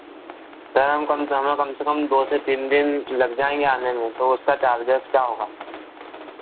sir हम कम हमें कम से कम दो से तीन दिन लग जाएँगे आने में तो उसका चार्जेज़ क्या होगा